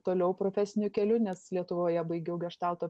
toliau profesiniu keliu nes lietuvoje baigiau geštalto